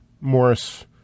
Morris